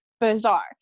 bizarre